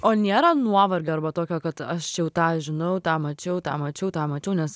o nėra nuovargio arba tokio kad aš jau tą žinau tą mačiau tą mačiau tą mačiau nes